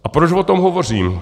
A proč o tom hovořím?